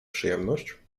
przyjemność